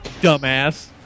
Dumbass